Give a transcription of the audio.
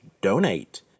donate